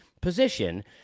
position